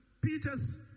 Peter's